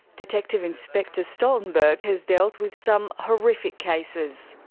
detective inspector stoltenberg has dealt with some horrific cases.